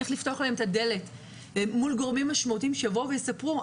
איך לפתוח להם את הילד מול גורמים משמעותיים שיבואו ויספרו.